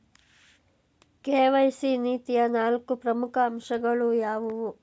KYC ನೀತಿಯ ನಾಲ್ಕು ಪ್ರಮುಖ ಅಂಶಗಳು ಯಾವುವು?